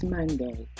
Monday